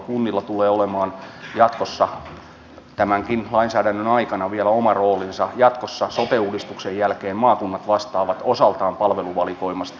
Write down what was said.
kunnilla tulee olemaan tämänkin lainsäädännön aikana vielä oma roolinsa jatkossa sote uudistuksen jälkeen maakunnat vastaavat osaltaan palveluvalikoimasta